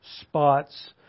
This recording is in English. spots